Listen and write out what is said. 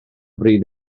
bryd